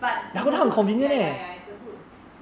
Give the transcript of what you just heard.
but it's a good ya ya ya it's a good